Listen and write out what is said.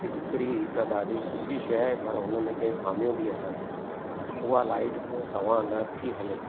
इस्तरी हिकु ॾाढी सुठी शइ पर हुन में के खामियूं बि अथसि उहा लाइट खां सवाइ नथी हले